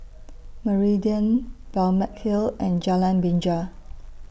Meridian Balmeg Hill and Jalan Binja